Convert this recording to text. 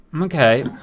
Okay